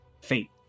fate